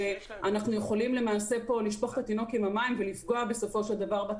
ואנחנו יכולים למעשה פה לשפוך את התינוק עם המים ולפגוע בצרכנים.